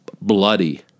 bloody